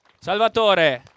Salvatore